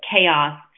chaos